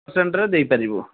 ପର୍ସେଣ୍ଟ୍ରେ ଦେଇପାରିବୁ